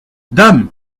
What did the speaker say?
dame